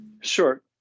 Sure